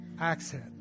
accent